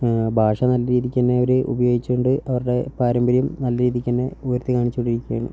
ഭാഷ നല്ലരീതിക്കുതന്നെ അവർ ഉപയോഗിച്ചതുകൊണ്ട് അവരുടെ പാരമ്പര്യം നല്ല രീതിക്കുതന്നെ ഉയർത്തി കാണിച്ചുകൊണ്ടിരിക്കുകയാണ്